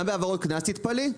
גם בעבירות קנס, תתפלאי.